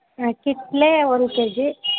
ಹಾಂ ಕಿತ್ತಳೆ ಒಂದು ಕೆ ಜಿ